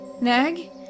Nag